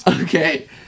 Okay